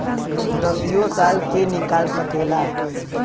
दसियो साल के निकाल सकेला